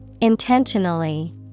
Intentionally